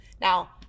Now